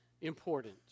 important